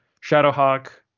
Shadowhawk